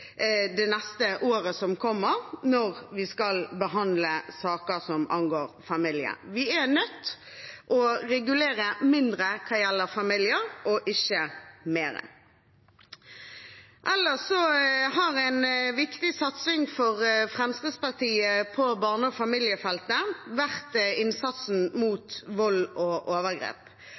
året som kommer skal behandle saker som angår familiene. Vi er nødt til å regulere mindre når det gjelder familier – ikke mer. Ellers har en viktig satsing for Fremskrittspartiet på barne- og familiefeltet vært innsatsen mot vold og overgrep.